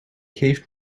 geeft